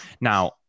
Now